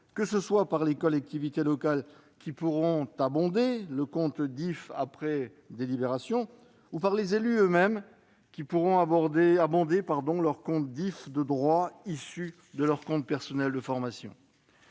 que ce soit par les collectivités locales, qui pourront abonder le compte DIFE après délibération, ou par les élus eux-mêmes, qui pourront abonder leur compte DIFE de droits issus de leur compte personnel de formation.